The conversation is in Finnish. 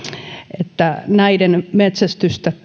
että näiden metsästystä